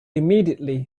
immediately